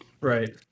Right